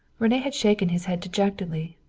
rene had shaken his head dejectedly.